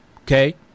okay